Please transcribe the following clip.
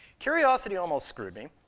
curiosity almost screwed me,